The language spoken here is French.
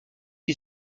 qui